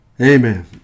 Amen